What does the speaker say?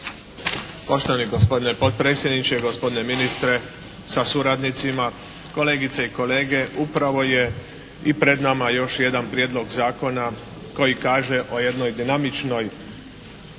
Poštovani gospodine potpredsjedniče, gospodine ministre sa suradnicima, kolegice i kolege. Upravo je i pred nama još jedan prijedlog zakona koji kaže o jednoj dinamičnoj,